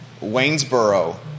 Waynesboro